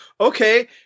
okay